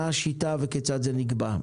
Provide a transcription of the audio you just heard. מה השיטה וכיצד זה נקבע.